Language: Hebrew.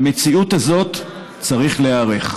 למציאות הזאת צריך להיערך.